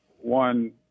one